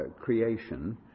creation